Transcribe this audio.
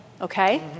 Okay